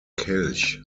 kelch